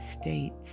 States